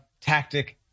tactic